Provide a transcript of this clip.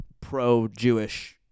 pro-Jewish